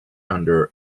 under